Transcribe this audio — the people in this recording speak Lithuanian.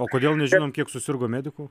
o kodėl nežinom kiek susirgo medikų